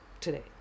Today